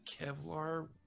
Kevlar